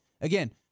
again